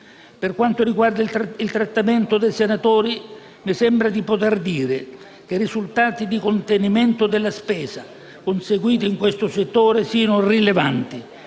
Per quanto riguarda il trattamento dei senatori, mi sembra di poter dire che i risultati di contenimento della spesa conseguiti in questo settore siano rilevanti